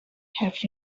have